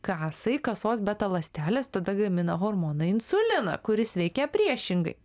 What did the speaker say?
kasai kasos beta ląstelės tada gamina hormoną insuliną kuris veikia priešingai